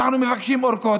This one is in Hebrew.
אנחנו מבקשים ארכות,